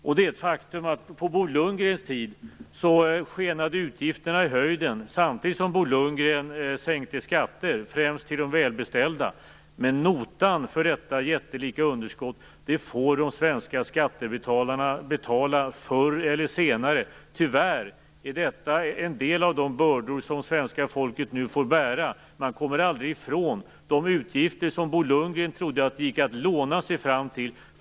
Det är ett faktum att utgifterna på Bo Lundgrens tid skenade i höjden samtidigt som Bo Lundgren sänkte skatter, främst för de välbeställda. Men notan för detta jättelika underskott får de svenska skattebetalarna betala förr eller senare. Tyvärr är detta en del av de bördor som svenska folket nu får bära. Man kommer aldrig ifrån de utgifter som Bo Lundgren trodde att det gick att låna till.